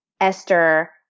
Esther